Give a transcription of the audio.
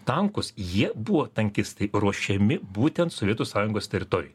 tankus jie buvo tankistai ruošiami būtent sovietų sąjungos teritorijoj